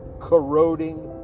corroding